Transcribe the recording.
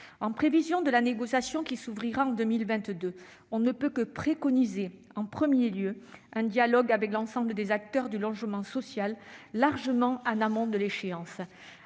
En prévision de la négociation qui s'ouvrira en 2022, on ne peut que préconiser un dialogue avec l'ensemble des acteurs du logement social très en amont de l'échéance.